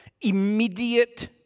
immediate